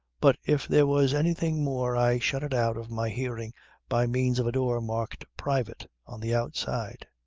but if there was anything more i shut it out of my hearing by means of a door marked private on the outside.